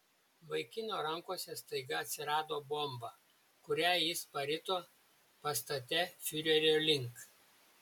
vaikino rankose staiga atsirado bomba kurią jis parito pastale fiurerio link